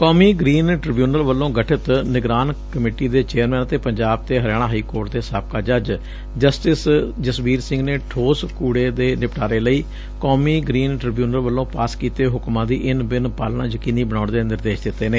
ਕੌਮੀ green tribunal ਵੱਲੋਂ ਗਠਿਤ ਨਿਗਰਾਨ ਕਮੇਟੀ ਦੇ ਚੇਅਰਸੈਨ ਅਤੇ ਪੰਜਾਬ ਤੇ ਹਰਿਆਣਾ ਹਾਈ ਕੋਰਟ ਦੇ ਸਾਬਕਾ ਜੱਜ ਜਸਟਿਸ ਜਸਬੀਰ ਸਿੰਘ ਨੇ ਠੋਸ ਕੂੜੇ ਦੇ ਨਿਟਪਾਰੇ ਲਈ ਕੌਮੀ ਗਰੀਨ ਟ੍ਰਿਬਿਉਨਲ ਵੱਲੋਂ ਪਾਸ ਕੀਤੇ ਹੁਕਮਾਂ ਦੀ ਇੰਨ ਬਿੰਨ ਪਾਲਣਾ ਯਕੀਨੀ ਬਣਾਉਣ ਦੇ ਨਿਰਦੇਸ਼ ਦਿੱਤੇ ਨੇ